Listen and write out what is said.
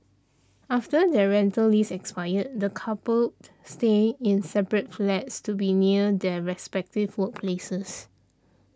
after their rental lease expired the coupled stayed in separate flats to be near their respective workplaces